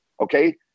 okay